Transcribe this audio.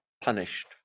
punished